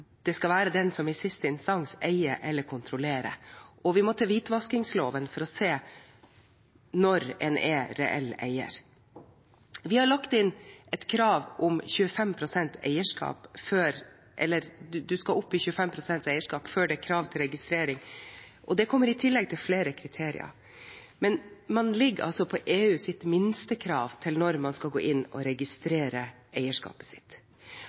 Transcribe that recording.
det skal være den «som i siste instans eier eller kontrollerer», og vi må til hvitvaskingsloven for å se når man er reell eier. Vi har lagt inn at man skal opp i 25 pst. eierskap før det er krav til registrering, og det kommer i tillegg til flere kriterier. Man ligger altså på EUs minstekrav til når man skal gå inn og registrere eierskapet sitt.